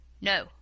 No